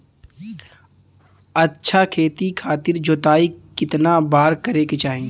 अच्छा खेती खातिर जोताई कितना बार करे के चाही?